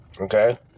Okay